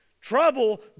Trouble